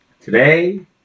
Today